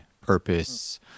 purpose